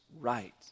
right